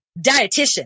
dietitian